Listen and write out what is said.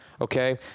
okay